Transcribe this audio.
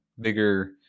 bigger